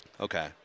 Okay